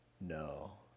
No